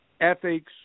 ethics